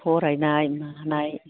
फरायनाय मानाय